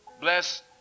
Bless